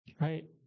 right